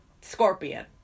scorpion